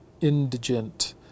indigent